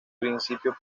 principio